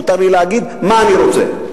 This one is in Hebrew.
מותר לי להגיד מה שאני רוצה.